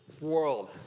world